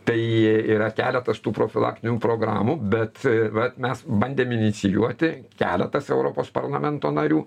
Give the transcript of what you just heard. tai yra keletas tų profilaktinių programų bet vat mes bandėm inicijuoti keletas europos parlamento narių